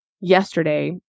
yesterday